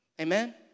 Amen